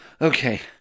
Okay